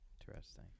Interesting